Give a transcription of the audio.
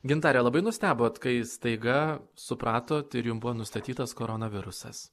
gintare labai nustebot kai staiga supratot ir jums buvo nustatytas koronavirusas